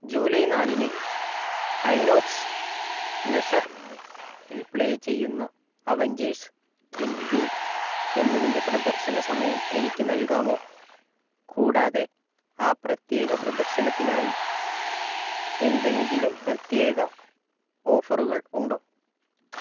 July നാലിന് Inox Leisure ൽ play ചെയ്യുന്ന അവഞ്ചേഴ്സ് എൻഡ് ഗെയിം എന്നതിൻ്റെ പ്രദർശന സമയം എനിക്ക് നൽകാമോ കൂടാതെ ആ പ്രത്യേക പ്രദർശനത്തിനായി എന്തെങ്കിലും പ്രത്യേക ഓഫറുകൾ ഉണ്ടോ